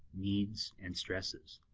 needs, and stresses.